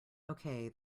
okay